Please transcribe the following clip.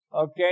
Okay